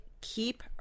keep